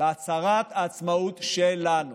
הצהרת העצמאות שלנו,